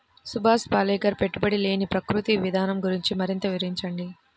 సుభాష్ పాలేకర్ పెట్టుబడి లేని ప్రకృతి విధానం గురించి మరింత వివరించండి